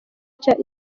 cya